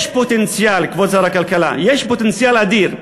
יש פוטנציאל, כבוד שר הכלכלה, יש פוטנציאל אדיר,